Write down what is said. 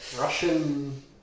Russian